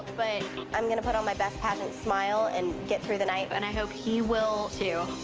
but i'm gonna put on my best pageant smile and get through the night, and i hope he will, too.